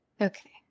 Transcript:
Okay